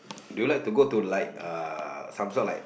do you like to go to like uh some sort like